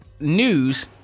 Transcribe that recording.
news